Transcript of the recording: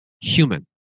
human